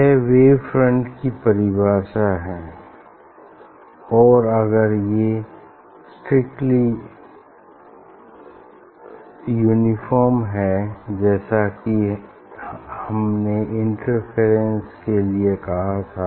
यह wave front की परिभाषा है और अगर ये स्ट्रिक्टली यूनिफार्म हैं जैसा कि हमने इंटरफेरेंस के लिए कहा था